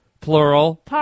Plural